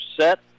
set